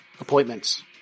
appointments